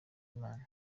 imana